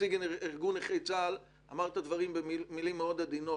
ארגון נכי צה"ל אמר את הדברים במילים מאוד עדינות,